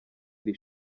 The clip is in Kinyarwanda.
iri